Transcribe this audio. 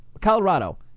Colorado